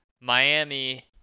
Miami